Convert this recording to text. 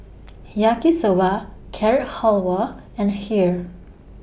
Yaki Soba Carrot Halwa and Kheer